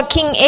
King